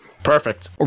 Perfect